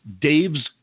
Dave's